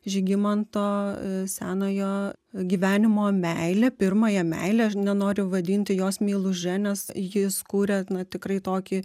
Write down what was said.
žygimanto senojo gyvenimo meilę pirmąją meilę aš nenoriu vadinti jos meiluže nes jis kūrė na tikrai tokį